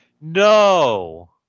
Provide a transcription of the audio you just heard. No